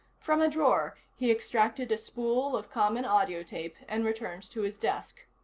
from a drawer he extracted a spool of common audio tape, and returned to his desk.